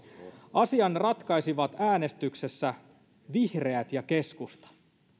asian ratkaisivat äänestyksessä vihreät ja keskusta